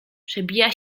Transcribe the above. przebija